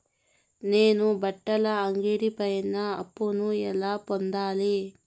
నేను బట్టల అంగడి పైన అప్పును ఎలా పొందాలి?